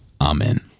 Amen